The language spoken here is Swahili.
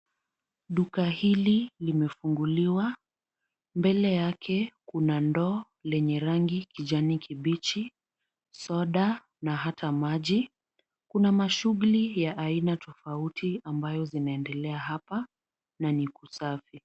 Duka hili limefunguliwa ,mbele yake kuna ndoo lenye rangi kijani kibichi, soda na ata maji .Kuna mashughuli ya aina tofauti ambayo zinaendelea hapa na ni kusafi.